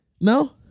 No